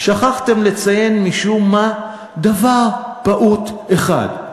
שכחתם לציין משום מה דבר פעוט אחד,